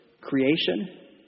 creation